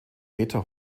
meter